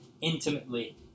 intimately